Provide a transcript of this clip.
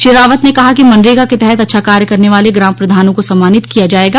श्री रावत ने कहा कि मनरेगा के तहत अच्छा कार्य करने वाले ग्राम प्रधानों को सम्मानित किया जाएगा